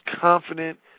confident